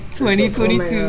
2022